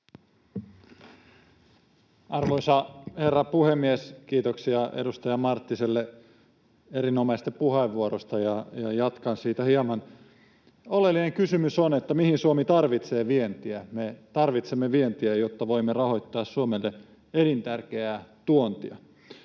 Arvoisa herra puhemies! Kiitoksia edustaja Marttiselle erinomaisesta puheenvuorosta, ja jatkan siitä hieman. Oleellinen kysymys on, että mihin Suomi tarvitsee vientiä. Me tarvitsemme vientiä, jotta voimme rahoittaa Suomelle elintärkeää tuontia.